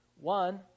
One